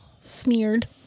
smeared